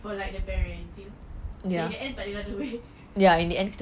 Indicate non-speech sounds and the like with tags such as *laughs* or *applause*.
for like the parents so in the end tak ada gaduh lagi *laughs*